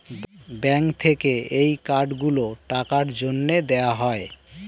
bank থেকে এই card গুলো টাকার জন্যে দেওয়া হয়